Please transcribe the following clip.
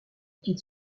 quitte